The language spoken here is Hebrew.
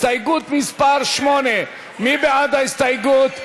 הסתייגות מס' 7, מי בעד ההסתייגות?